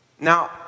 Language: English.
Now